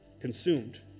consumed